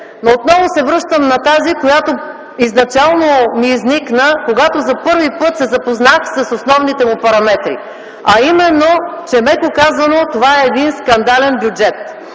Но отново се връщам на тази, която изначално ми изникна, когато за първи път се запознах с основните му параметри, а именно, меко казано, че това е един скандален бюджет